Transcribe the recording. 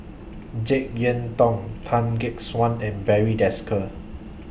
Jek Yeun Thong Tan Gek Suan and Barry Desker